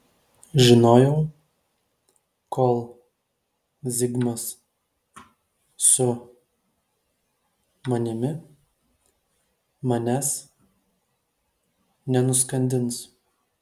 žinojau kol zigmas su manimi manęs nenuskandins